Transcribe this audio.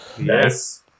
Yes